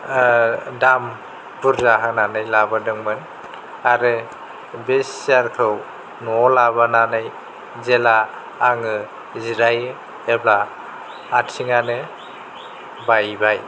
दाम बुरजा होननानै लाबोदोंमोन आरो बे सियारखौ न'आव लाबोनानै जेला आङो जेरायो एब्ला आथिंआनो बायबाय